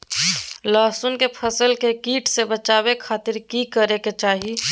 लहसुन के फसल के कीट से बचावे खातिर की करे के चाही?